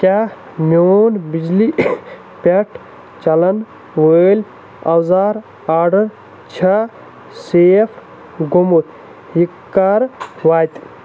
کیٛاہ میون بِجلی پٮ۪ٹھ چَلَن وٲلۍ اَوزار آڈَر چھا سیف گوٚمُت یہِ کَر واتہِ